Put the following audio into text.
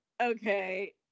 okay